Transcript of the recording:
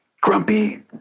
grumpy